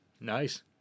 nice